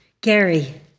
Gary